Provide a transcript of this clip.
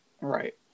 Right